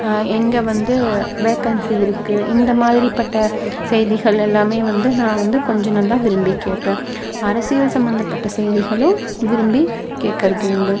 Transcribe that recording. இங்கே வந்து வேக்கன்ஸி இருக்குது இந்த மாதிரிப்பட்ட செய்திகள் எல்லாமே வந்து நான் வந்து கொஞ்சம் நல்லா விரும்பி கேப்பேன் அரசியல் சம்பந்தப்பட்ட செய்திகளும் விரும்பி கேட்குறது உண்டு